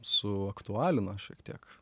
suaktualino šiek tiek